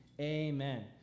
amen